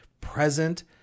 present